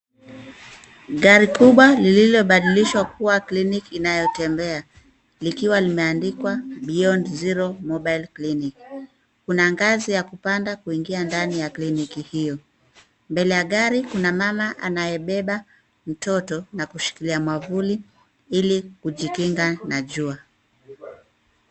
Gari kubwa lililobadilishwa kuwa clinic inayotembea likiwa limeandikwa beyond zero mobile clinic . Kuna ngazi ya kupanda kuingia ndani ya kliniki hiyo. Mbele ya gari kuna mama anayebeba mtoto na kushikilia mwavuli ili kujikinga na jua.